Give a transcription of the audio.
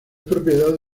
propiedad